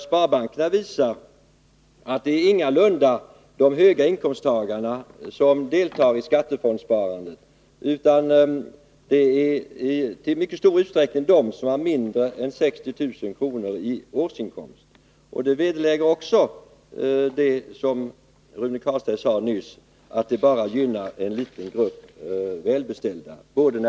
Sparbankerna visar där att det ingalunda är endast höginkomsttagarna som deltar i skattefondssparandet utan i mycket stor utsträckning personer med mindre än 60 000 kr. i årsinkomst. Också detta vederlägger Rune Carlsteins påstående att sparandet gynnar bara en liten grupp välbeställda.